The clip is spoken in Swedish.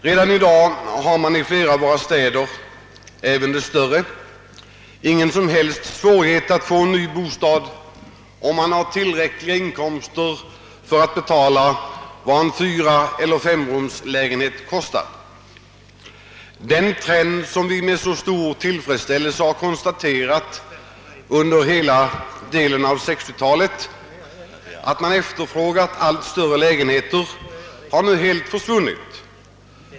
I dag har man i flera av våra städer — även de större — inga som helst svårigheter att få ny bostad om man har tillräckliga inkomster för att betala vad en fyraeller femrumslägenhet kostar. Den trend som vi med så stor tillfredsställelse konstaterat under den gångna delen av 1960-talet, nämligen att man efterfrågat allt större lägenheter, har nu helt försvunnit.